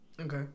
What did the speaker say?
Okay